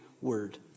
word